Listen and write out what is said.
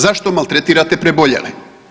Zašto maltretirate preboljele?